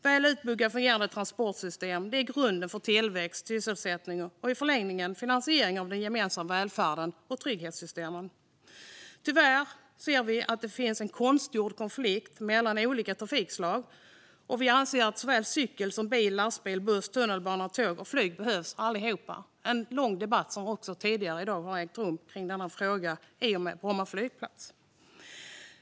Väl utbyggda och fungerande transportsystem är grunden för tillväxt och sysselsättning och i förlängningen finansiering av den gemensamma välfärden och trygghetssystemen. Tyvärr ser vi att det finns en konstgjord konflikt mellan olika trafikslag. Vi anser att cykel, bil, lastbil, buss, tunnelbana, tåg och flyg behövs allihop. En lång debatt om detta ägde rum tidigare i dag i fråga om Bromma flygplats.